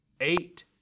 eight